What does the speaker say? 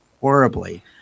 horribly